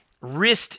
wrist